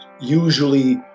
usually